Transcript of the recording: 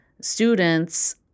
students